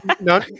No